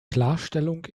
klarstellung